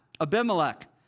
Abimelech